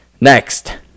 Next